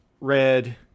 red